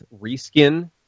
reskin